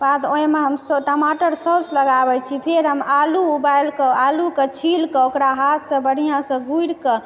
तकर बाद ओहिमे हम टमाटर सौस लगाबै छी फेर हम आलू उबालिकऽ आलू छिलकऽ ओकरा हाथसँ बढिआँसँ गुरिकऽ